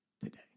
today